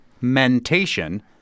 mentation